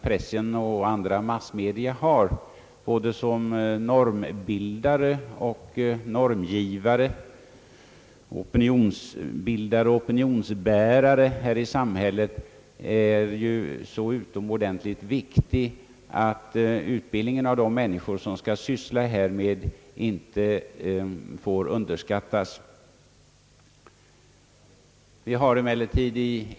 Pressen och andra massmedia har en mycket stor och växande betydelse som normbildare och normgivare, opinionsbildare och opinionsbärare i samhället. Därför är det synnerligen viktigt att man inte underskattar ut bildningsfrågorna när det gäller de människor som skall vara verksamma inom pressen och andra massmedia.